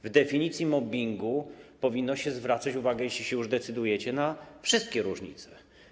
W definicji mobbingu powinno się zwracać uwagę, jeśli się już na nią decydujecie, na wszystkie różnice.